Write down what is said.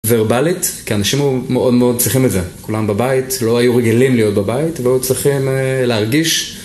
ורבלית, כי האנשים מאוד מאוד צריכים את זה. כולם בבית, לא היו רגילים להיות בבית, והיו צריכים להרגיש